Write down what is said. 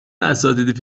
اساتید